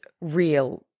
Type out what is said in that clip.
real